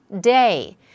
day